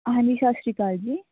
ਹਾਂਜੀ ਸਤਿ ਸ਼੍ਰੀ ਅਕਾਲ ਜੀ